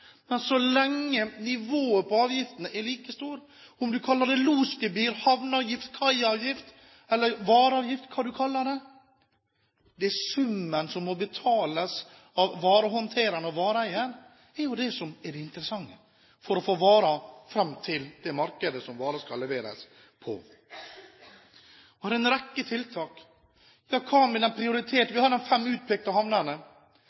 men det hjelper ikke så lenge nivået på avgiftene er like høyt – uansett om du kaller det losgebyr, havneavgift, kaiavgift eller vareavgift. Det interessante er jo summen som må betales av varehåndterer og vareeier for å få varene fram til det markedet de skal leveres på. Det er en rekke tiltak. Vi har de fem utpekte havnene som erstatter de tidligere sentralhavnene. Hva legger man i disse havnene,